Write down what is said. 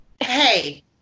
Hey